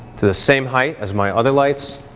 to the same height as my other lights,